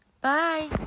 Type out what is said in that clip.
Bye